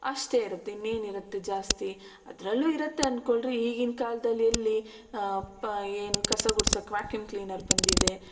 ಅಷ್ಟೇ ಇರುತ್ತೆ ಇನ್ನೇನಿರುತ್ತೆ ಜಾಸ್ತಿ ಅದರಲ್ಲೂ ಇರುತ್ತೆ ಅಂದ್ಕೊಳ್ರಿ ಈಗಿನ ಕಾಲದಲ್ಲಿ ಎಲ್ಲಿ ಏನು ಕಸ ಗುಡ್ಸೋಕೆ ವ್ಯಾಕ್ಯೂಮ್ ಕ್ಲೀನರ್ ಬಂದಿದೆ